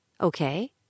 Okay